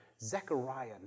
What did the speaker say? Zechariah